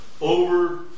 over